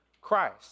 Christ